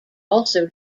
also